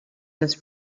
das